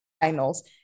finals